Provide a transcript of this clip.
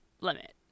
limit